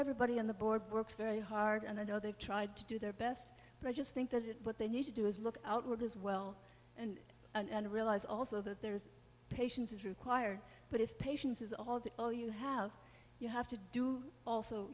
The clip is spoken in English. everybody on the board works very hard and i know they've tried to do their best but i just think that what they need to do is look outward as well and and realize also that there's patience is required but if patience is all that all you have you have to do also